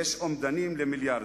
ויש אומדנים של מיליארדים.